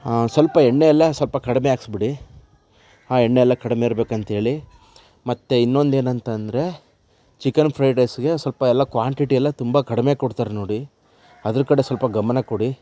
ಆಂ ಸ್ವಲ್ಪ ಎಣ್ಣೆ ಎಲ್ಲ ಸ್ವಲ್ಪ ಕಡಿಮೆ ಹಾಕಿಸ್ಬಿಡಿ ಹಾಂ ಎಣ್ಣೆ ಎಲ್ಲ ಕಡಿಮೆ ಇರಬೇಕಂತೇಳಿ ಮತ್ತು ಇನ್ನೊಂದು ಏನಂತ ಅಂದರೆ ಚಿಕನ್ ಫ್ರೈಡ್ ರೈಸ್ಗೆ ಸ್ವಲ್ಪ ಎಲ್ಲ ಕ್ವಾಂಟಿಟಿ ಎಲ್ಲ ತುಂಬ ಕಡಿಮೆ ಕೊಡ್ತಾರೆ ನೋಡಿ ಅದ್ರ ಕಡೆ ಸ್ವಲ್ಪ ಗಮನ ಕೊಡಿ